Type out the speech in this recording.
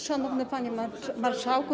Szanowny Panie Marszałku!